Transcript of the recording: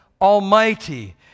Almighty